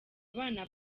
abana